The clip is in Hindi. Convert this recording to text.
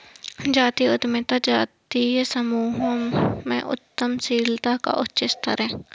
जातीय उद्यमिता जातीय समूहों के उद्यमशीलता का उच्च स्तर है